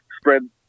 spread